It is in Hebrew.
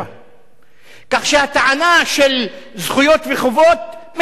כך שהטענה של זכויות וחובות מתרסקת מול עינינו,